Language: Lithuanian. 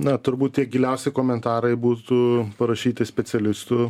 na turbūt tie giliausi komentarai būtų parašyti specialistų